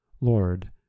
Lord